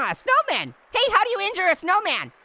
ah snowman! hey, how do you injure a snowman?